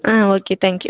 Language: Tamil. ah okay thank you